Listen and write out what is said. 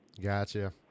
gotcha